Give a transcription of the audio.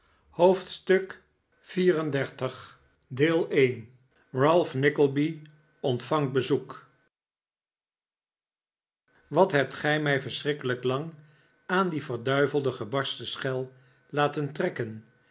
hoofdstuk xxxiv ralph nickleby ontvangt bezoek wat hebt gij mij verschrikkelijk lang aan die verduivelde gebarsten schel laten trekken